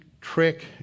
trick